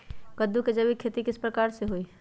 कददु के जैविक खेती किस प्रकार से होई?